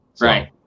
Right